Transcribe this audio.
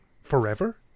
forever